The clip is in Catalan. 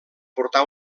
portà